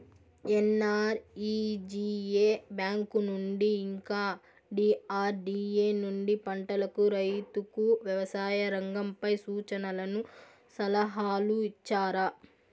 NREGA bank నుండి ఇంకా DRDA నుండి పంటలకు రైతుకు వ్యవసాయ రంగంపై సూచనలను సలహాలు ఇచ్చారా